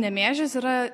nemėžis yra